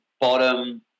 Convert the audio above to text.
bottom